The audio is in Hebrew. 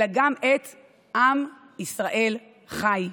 אלא גם את 'עם ישראל חי'.